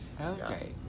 Okay